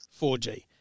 4G